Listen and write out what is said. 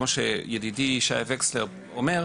כמו שידידי ישי וקסלר אומר,